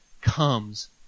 comes